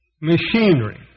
machinery